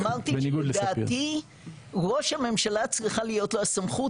אמרתי לדעתי ראש הממשלה צריכה להיות לו הסמכות